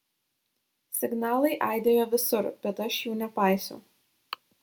signalai aidėjo visur bet aš jų nepaisiau